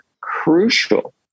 crucial